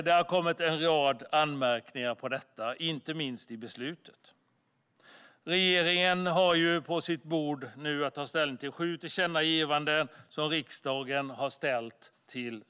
Det har kommit en rad anmärkningar mot denna, inte minst i beslutet. Regeringen har sedan dess på sitt bord sju tillkännagivanden från riksdagen att ta ställning till.